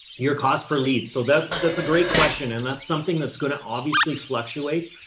your cost per lead. so that, that's a great question. and that's something that's going to obviously fluctuate.